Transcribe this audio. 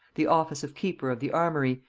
the office of keeper of the armoury,